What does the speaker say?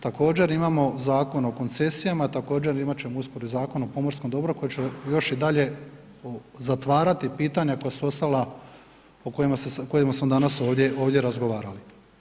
Također imamo Zakon o koncesijama, također imat ćemo uskoro i Zakon o pomorskom dobru, a koje će još i dalje zatvarati pitanja koja su ostala, o kojima smo danas ovdje, ovdje razgovarali.